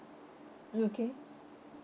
okay